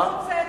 אתה רוצה,